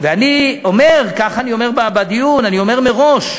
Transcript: ואני אומר בדיון מראש,